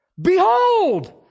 behold